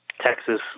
texas